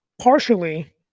partially